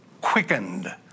quickened